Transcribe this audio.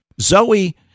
Zoe